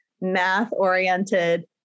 math-oriented